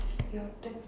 your turn